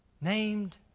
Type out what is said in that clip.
named